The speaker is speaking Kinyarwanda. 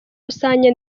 rusange